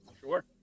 sure